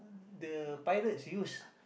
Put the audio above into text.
the pilots use